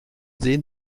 sehen